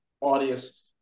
audience